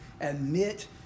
Admit